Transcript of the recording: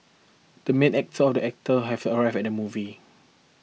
the main actor of the actor have arrived at movie